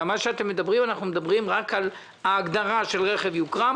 אנחנו מדברים רק על ההגדרה של רכב יוקרה,